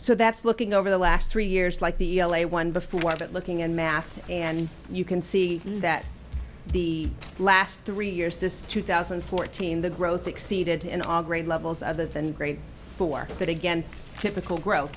so that's looking over the last three years like the l a one before but looking at math and you can see that the last three years this two thousand and fourteen the growth exceeded in our grade levels other than grade four but again typical grow